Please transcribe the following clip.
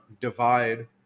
divide